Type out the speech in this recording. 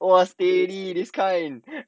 !wah! steady this kind